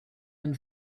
and